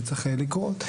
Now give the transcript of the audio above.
שצריך לקרות,